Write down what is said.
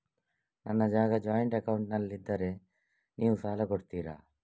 ನನ್ನ ಜಾಗ ಜಾಯಿಂಟ್ ಅಕೌಂಟ್ನಲ್ಲಿದ್ದರೆ ನೀವು ಸಾಲ ಕೊಡ್ತೀರಾ?